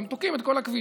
והם תוקעים את כל הכביש.